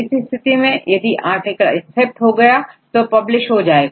इस स्थिति में यदि आर्टिकल एक्सेप्ट हो गया तो पब्लिश हो जाएगा